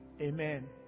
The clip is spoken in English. Amen